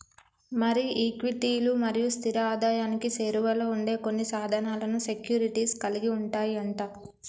మరి ఈక్విటీలు మరియు స్థిర ఆదాయానికి సేరువలో ఉండే కొన్ని సాధనాలను సెక్యూరిటీస్ కలిగి ఉంటాయి అంట